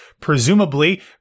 presumably